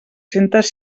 centes